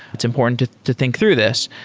it's important to to think through this.